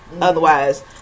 Otherwise